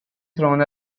thrown